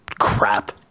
crap